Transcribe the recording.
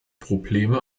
probleme